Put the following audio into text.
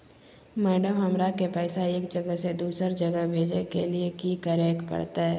Madam, हमरा के पैसा एक जगह से दुसर जगह भेजे के लिए की की करे परते?